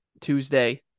Tuesday